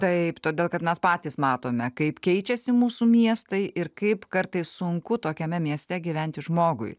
taip todėl kad mes patys matome kaip keičiasi mūsų miestai ir kaip kartais sunku tokiame mieste gyventi žmogui